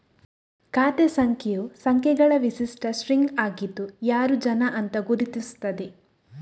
ಖಾತೆ ಸಂಖ್ಯೆಯು ಸಂಖ್ಯೆಗಳ ವಿಶಿಷ್ಟ ಸ್ಟ್ರಿಂಗ್ ಆಗಿದ್ದು ಯಾರು ಜನ ಅಂತ ಗುರುತಿಸ್ತದೆ